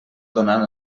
donant